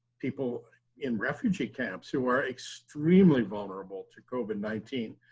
people in refugee camps, who are extremely vulnerable to covid nineteen.